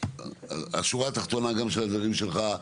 השורה התחתונה גם של הדברים שלך,